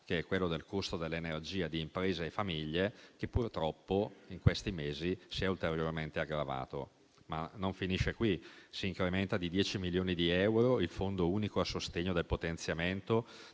che è quello del costo dell'energia per imprese e famiglie, che purtroppo in questi mesi si è ulteriormente aggravato, ma non finisce qui: si incrementa di 10 milioni di euro il fondo unico a sostegno del potenziamento